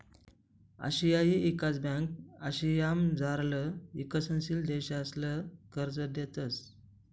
आशियाई ईकास ब्यांक आशियामझारला ईकसनशील देशसले कर्ज देतंस